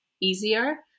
easier